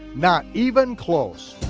not even close.